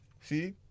See